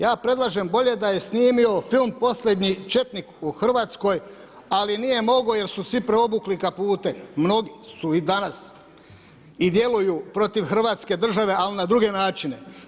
Ja predlažem bolje da je snimio film Posljednji četnik u Hrvatskoj ali nije mogao jer su svi preobukli kapute, mnogi su danas i djeluju protiv hrvatske države ali na druge načine.